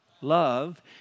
Love